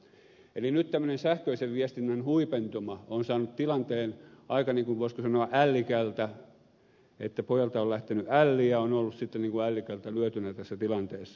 eli nyt tämmöinen sähköisen viestinnän huipentuma on saanut tilanteen aika voisiko sanoa ällikältä että pojalta on lähtenyt älli ja on ollut niin kuin ällikältä lyötynä tässä tilanteessa